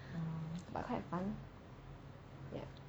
but quite fun ya